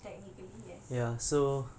ya technically yes